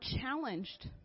challenged